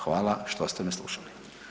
Hvala što ste me slušali.